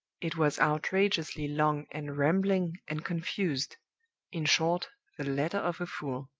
it was outrageously long, and rambling, and confused in short, the letter of a fool.